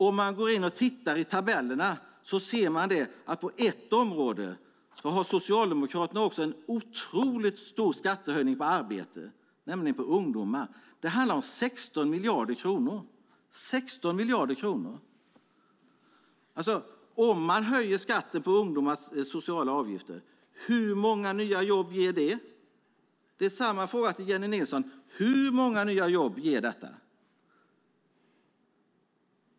Om man tittar i tabellerna ser man att Socialdemokraterna har en otroligt stor skattehöjning på arbete på ett område, nämligen på ungdomars arbete. Det handlar om 16 miljarder kronor. Hur många nya jobb ger det om man höjer de sociala avgifterna för ungdomar? Jag ställer samma fråga till Jennie Nilsson: Hur många nya jobb ger detta?